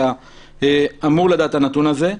אתה אמור לדעת את הנתון הזה.